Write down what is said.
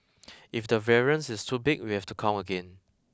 if the variance is too big we have to count again